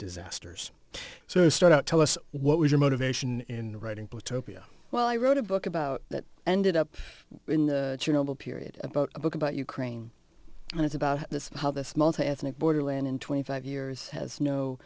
disasters so you start out tell us what was your motivation in writing but topia well i wrote a book about that ended up in the journal period about a book about ukraine and it's about this how this multi ethnic borderland in twenty five years has no